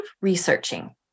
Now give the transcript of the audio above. researching